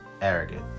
arrogant